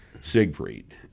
Siegfried